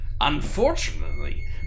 Unfortunately